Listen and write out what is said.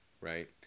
right